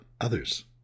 others